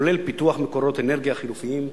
כולל פיתוח מקורות אנרגיה חלופיים,